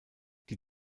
die